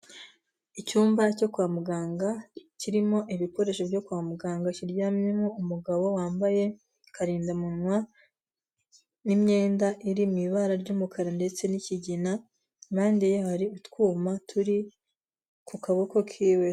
Icyumba cyo kwa muganga, kirimo ibikoresho byo kwa muganga, kiryamyemo umugabo wambaye akarindamuwa n'imyenda iri mu ibara ry'umukara ndetse n'ikigina, impande ye hari utwuma turi ku kaboko k'iwe.